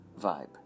vibe